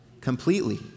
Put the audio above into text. completely